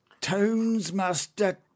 Tonesmaster